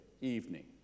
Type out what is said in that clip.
evening